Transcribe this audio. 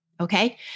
Okay